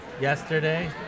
Yesterday